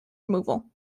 removal